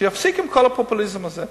שיפסיקו עם כל הפופוליזם הזה.